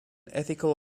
ethical